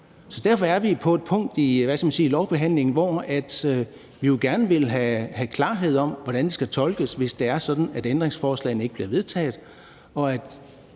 Derfor er vi på et punkt i lovbehandlingen, hvor vi jo gerne vil have klarhed om, hvordan det skal tolkes, hvis det er sådan, at ændringsforslagene ikke bliver vedtaget,